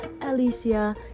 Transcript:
alicia